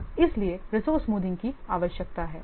तो इसलिए resource smoothing की आवश्यकता है